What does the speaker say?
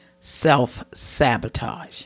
self-sabotage